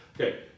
Okay